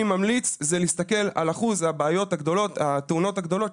ממליץ זה להסתכל על אחוז התאונות הגדולות,